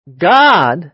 God